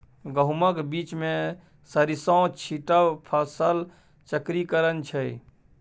गहुमक बीचमे सरिसों छीटब फसल चक्रीकरण छै